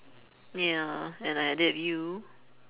ya and I had it with you